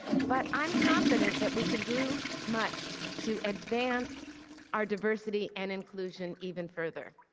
but i am confident that we can do much to advance our diversity and inclusion even further.